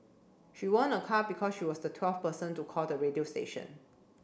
she won a car because she was the twelve person to call the radio station